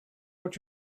what